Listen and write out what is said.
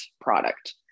product